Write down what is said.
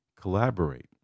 collaborate